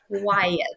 quiet